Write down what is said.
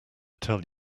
tell